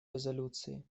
резолюции